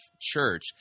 Church